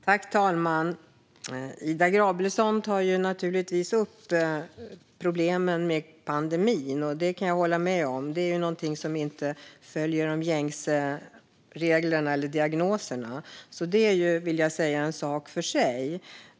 Fru talman! Ida Gabrielsson tar upp problemen med pandemin. Jag kan hålla med om att den inte följer de gängse reglerna eller diagnoserna. Det är en sak för sig.